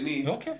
שנית,